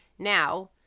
Now